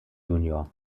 junior